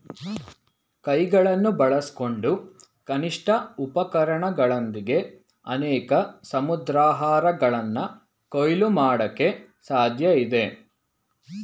ಕೈಗಳನ್ನು ಬಳಸ್ಕೊಂಡು ಕನಿಷ್ಠ ಉಪಕರಣಗಳೊಂದಿಗೆ ಅನೇಕ ಸಮುದ್ರಾಹಾರಗಳನ್ನ ಕೊಯ್ಲು ಮಾಡಕೆ ಸಾಧ್ಯಇದೆ